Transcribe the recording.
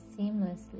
seamlessly